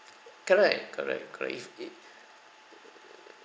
correct correct correct if it